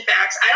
facts